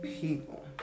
people